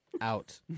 out